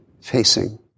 facing